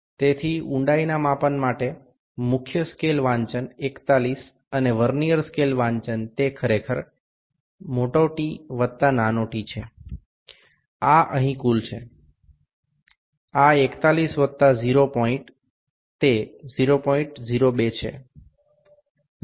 તેથી ઊંડાઈના માપન માટે મુખ્ય સ્કેલ વાંચન 41 અને વર્નીઅર સ્કેલ વાંચન તે ખરેખર T વત્તા t છે આ અહીં કુલ છે આ 41 વત્તા 0 પોઇન્ટ તે 0